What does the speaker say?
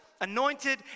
anointed